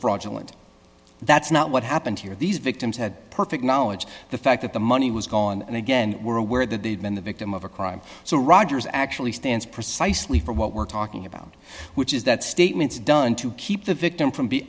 fraudulent that's not what happened here these victims had perfect knowledge the fact that the money was gone and again we're aware that they've been the victim of a crime so rogers actually stands precisely for what we're talking about which is that statements done to keep the victim from b